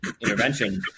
intervention